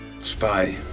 Spy